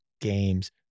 games